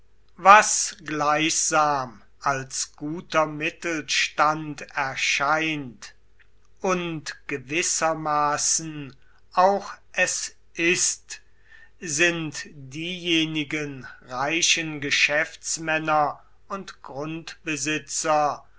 was gleichsam als guter mittelstand erscheint und gewissermaßen auch es ist sind diejenigen reichen geschäftsmänner und grundbesitzer